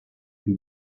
you